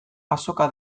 azoka